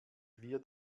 wir